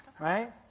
right